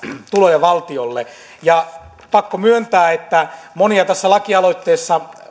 tuloja valtiolle pakko myöntää että monien tässä lakialoitteessa